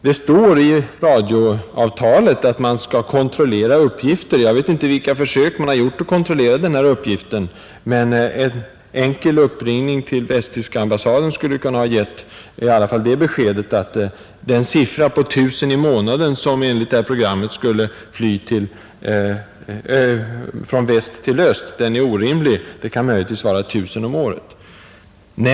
Det står i radioavtalet att man skall kontrollera uppgifter. Jag vet inte vilka försök man har gjort att kontrollera denna uppgift, men en enkel uppringning till västtyska ambassaden skulle i alla fall ha givit det beskedet att den siffra, I 000 i månaden, som enligt programmet skulle gälla för antalet flyktingar från väst till öst är orimlig. Det kan möjligtvis vara 1 000 om året.